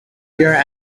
your